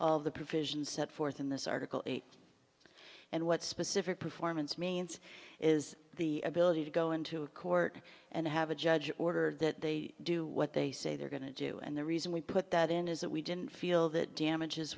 to the provisions set forth in this article and what specific performance means is the ability to go into a court and have a judge order that they do what they say they're going to do and the reason we put that in is that we didn't feel that damages